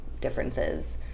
differences